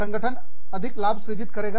संगठन अधिक लाभ सृजित करेगा